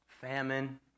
famine